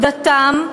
דתם,